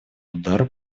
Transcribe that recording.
удар